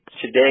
today